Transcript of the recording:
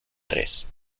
tres